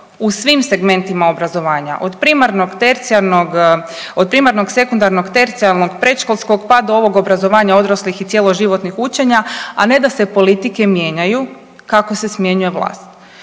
u svim segmentima obrazovanja od primarnog, sekundarnog, tercijarnog, predškolskog pa do ovog obrazovanja odraslih i cjeloživotnih učenja, a ne da se politike mijenjaju kako se smjenjuje vlast.